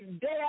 death